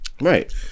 Right